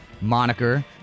moniker